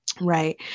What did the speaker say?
right